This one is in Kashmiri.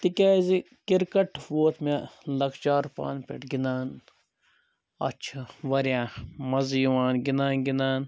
تکیٛازِ کِرکٹ ووت مےٚ لَکچار پانہٕ پٮ۪ٹھ گِنٛدان اَتھ چھُ واریاہ مَزٕ یِوان گِنٛدان گِنٛدان